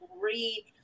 Read